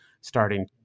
starting